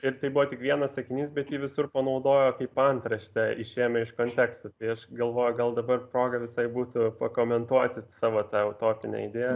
ir tai buvo tik vienas sakinys bet jį visur panaudojo kaip antraštę išėmę iš konteksto tai aš galvoju gal dabar proga visai būtų pakomentuoti savo tą tautinę idėją